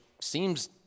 seems